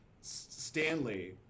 Stanley